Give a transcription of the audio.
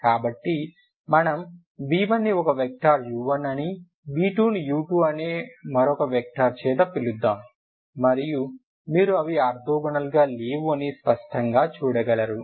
కాబట్టి మనం v1 ని ఒక వెక్టర్ u1 అని v2ని u2 మరొక వెక్టర్ చేత పిలుద్దాం మరియు మీరు అవి ఆర్తోగోనల్ గా లేవు అని స్పష్టంగా చూడగలరు